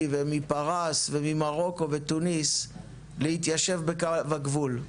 ומפרס וממרוקו וטוניס להתיישב בקו הגבול,